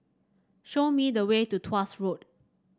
show me the way to Tuas Road